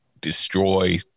destroy